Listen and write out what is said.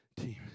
team